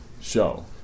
show